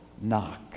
Knock